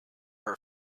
her